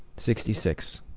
sixty six